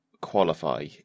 qualify